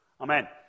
Amen